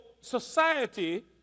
society